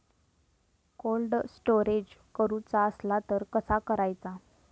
Cold storage करूचा असला तर कसा करायचा?